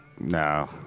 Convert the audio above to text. no